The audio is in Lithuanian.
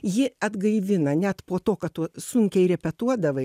ji atgaivina net po to kad tu sunkiai repetuodavai